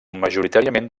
majoritàriament